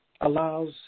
allows